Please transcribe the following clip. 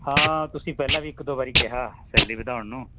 ਹਾਂ ਤੁਸੀਂ ਪਹਿਲਾਂ ਵੀ ਇੱਕ ਦੋ ਵਾਰੀ ਕਿਹਾ ਸੈਲਰੀ ਵਧਾਉਣ ਨੂੰ